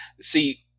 See